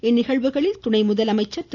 இந்நிகழ்வுகளில் துணை முதலமைச்சர் திரு